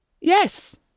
Yes